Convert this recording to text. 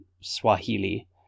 Swahili